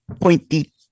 pointy